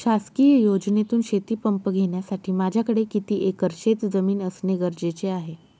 शासकीय योजनेतून शेतीपंप घेण्यासाठी माझ्याकडे किती एकर शेतजमीन असणे गरजेचे आहे?